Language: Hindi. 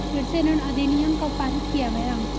कृषि ऋण अधिनियम कब पारित किया गया?